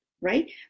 right